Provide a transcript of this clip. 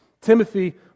Timothy